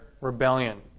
rebellion